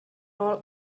all